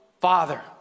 father